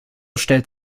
stellt